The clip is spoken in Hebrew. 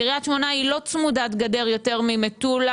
קריית שמונה לא צמודת גדר יותר ממטולה,